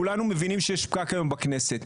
כולנו מבינים שיש פקק היום בכנסת.